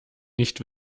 nicht